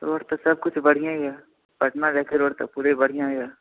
आओर तऽ सब किछु बढ़िआँ यऽ पटना जाइके रोड तऽ बढ़ियें यऽ